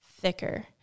thicker